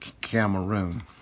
Cameroon